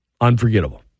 unforgettable